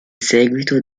seguito